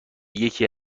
یکی